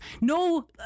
No